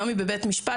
היום היא בבית משפט,